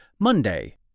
Monday